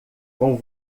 com